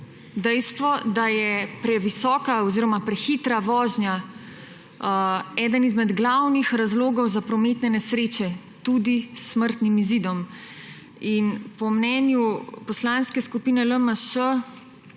dejstvo, da je previsoka oziroma prehitra vožnja eden izmed glavnih razlogov za prometne nesreče, tudi s smrtnim izidom. Po mnenju Poslanske skupine LMŠ